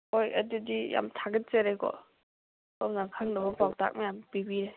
ꯍꯣꯏ ꯑꯗꯨꯗꯤ ꯌꯥꯝ ꯊꯥꯒꯠꯆꯔꯦꯀꯣ ꯁꯣꯝꯅ ꯈꯪꯗꯕ ꯄꯥꯎꯇꯥꯛ ꯃꯌꯥꯝ ꯄꯤꯕꯤꯔꯦ